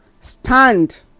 stand